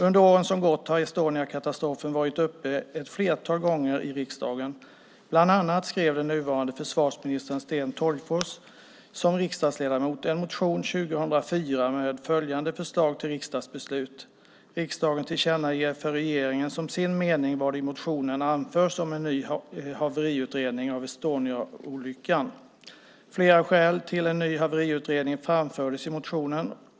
Under åren som gått har Estoniakatastrofen varit uppe ett flertal gånger i riksdagen. Bland annat skrev den nuvarande försvarsministern Sten Tolgfors som riksdagsledamot en motion 2004 med följande förslag till riksdagsbeslut: Riksdagen tillkännager för regeringen som sin mening vad i motionen anförs om en ny haveriutredning av Estoniaolyckan. Flera skäl till en ny haveriutredning framfördes i motionen.